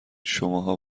شماها